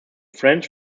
french